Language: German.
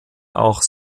auch